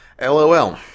LOL